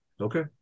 Okay